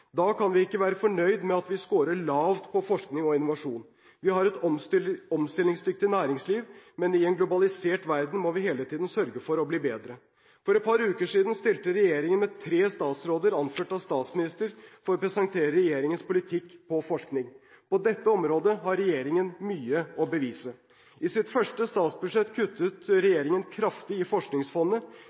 Da kan vi ikke være fornøyd med at vi scorer lavt på forskning og innovasjon. Vi har et omstillingsdyktig næringsliv, men i en globalisert verden må vi hele tiden sørge for å bli bedre. For et par uker siden stilte regjeringen med tre statsråder, anført av statsministeren, for å presentere regjeringens politikk på forskning. På dette området har regjeringen mye å bevise. I sitt første statsbudsjett kuttet regjeringen kraftig i Forskningsfondet.